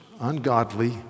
ungodly